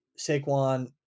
Saquon